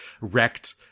wrecked